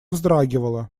вздрагивала